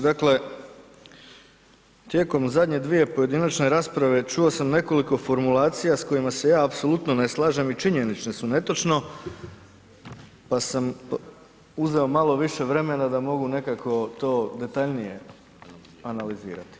Dakle, tijekom zadnje dvije pojedinačne rasprave, čuo sam nekoliko formulacija s kojima se ja apsolutno ne slažem i činjenične su netočno pa sam uzeo malo više vremena da mogu nekako to detaljnije analizirati.